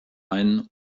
ein